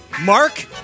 Mark